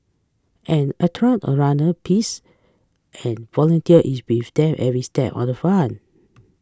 an of runner pace and volunteer is with them every step of the